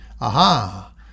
Aha